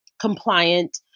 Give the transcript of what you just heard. compliant